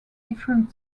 different